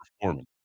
performance